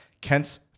kent's